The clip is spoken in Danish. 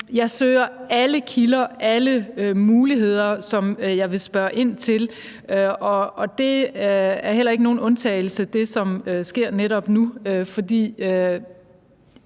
Jeg søger alle kilder, alle muligheder, som jeg vil spørge ind til, og det er heller ikke nogen undtagelse med det, som sker netop nu,